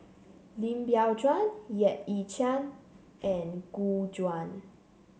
Lim Biow Chuan Yap Ee Chian and Gu Juan